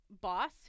boss